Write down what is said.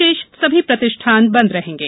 शेष सभी प्रतिष्ठान बंद रहेंगे